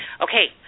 Okay